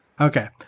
Okay